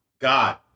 God